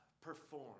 perform